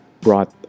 brought